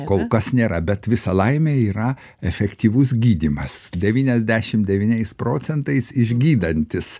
kol kas nėra bet visa laimė yra efektyvus gydymas devyniasdešimt devyniais procentais išgydantis